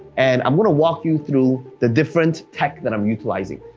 and i'm gonna walk you through the different tech that i'm utilizing.